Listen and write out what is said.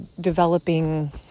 developing